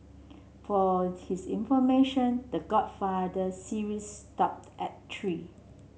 for his information The Godfather series stopped at three